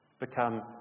become